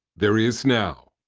there is now.